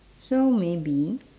so maybe